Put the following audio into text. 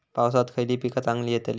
पावसात खयली पीका चांगली येतली?